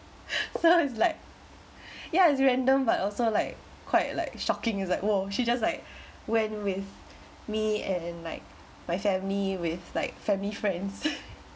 so it's like ya it's random but also like quite like shocking is that !whoa! she just like went with me and like my family with like family friends